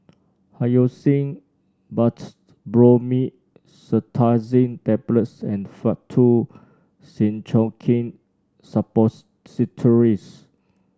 Hyoscine Butylbromide Cetirizine Tablets and Faktu Cinchocaine Suppositories